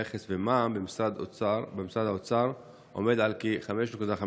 במכס ומע"מ ובמשרד האוצר עומד על כ-5.5%.